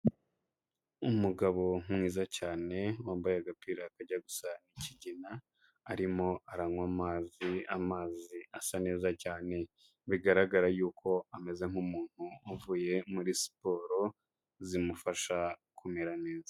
Umugabo mwiza cyane, wambaye agapira akajya gusa ikigina, arimo aranywa amazi, amazi asa neza cyane, bigaragara yuko ameze nk'umuntu uvuye muri siporo, zimufasha kumera neza.